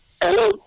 Hello